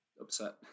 upset